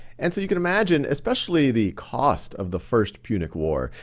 and so you can imagine especially the cost of the first punic war,